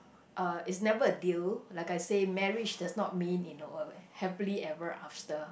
uh it's never a deal like I say marriage does not mean in a way happily ever after